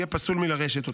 יהיה פסול מלרשת אותו.